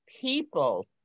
people